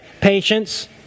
Patience